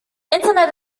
internet